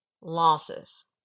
losses